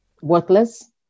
worthless